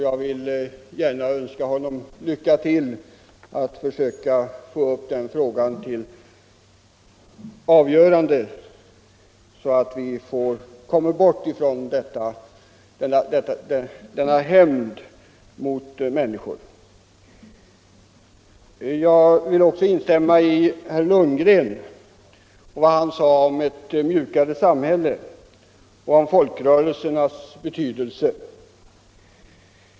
Jag vill gärna önska honom lycka till att försöka få upp den frågan till avgörande så att vi kommer bort från denna hämnd mot människor. Jag vill också instämma i vad herr Lundgren sade om ett mjukare samhälle och om folkrörelsernas betydelse.